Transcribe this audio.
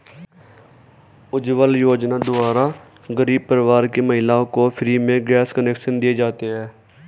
उज्जवला योजना द्वारा गरीब परिवार की महिलाओं को फ्री में गैस कनेक्शन दिए जाते है